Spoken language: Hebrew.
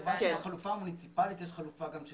לחלופה המוניציפלית יש גם חלופה של